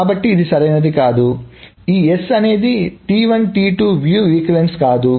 కాబట్టి ఇది సరైనది కాదు కాబట్టి ఈ S అనేది వీక్షణ సమానత్వం కాదు